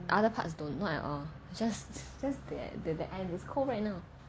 other parts don't not at all it's just just at the end it's cold right now